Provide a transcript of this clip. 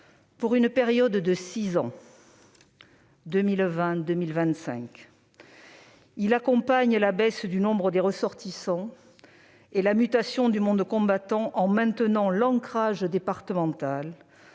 pour la période 2020-2025. Il accompagne la baisse du nombre de ressortissants et la mutation du monde combattant en maintenant l'ancrage départemental,